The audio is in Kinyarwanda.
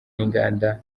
n’inganda